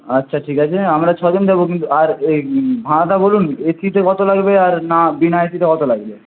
আচ্ছা ঠিক আছে আমরা ছ জন যাব কিন্তু আর এই ভাড়াটা বলুন এসিতে কত লাগবে আর না বিনা এসিতে কত লাগবে